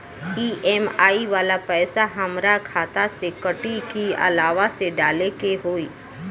EMI वाला पैसा हाम्रा खाता से कटी की अलावा से डाले के होई?